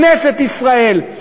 כנסת ישראל,